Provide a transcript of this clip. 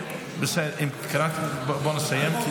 בואו נסיים.